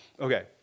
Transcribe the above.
Okay